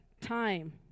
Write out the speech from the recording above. time